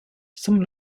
some